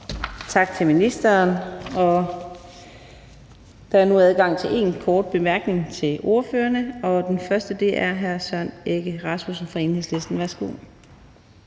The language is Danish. Tak til ministeren. Der er nu adgang til en kort bemærkning for ordførerne, og den første er til hr. Søren Egge Rasmussen fra Enhedslisten. Værsgo.